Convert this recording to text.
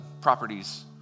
properties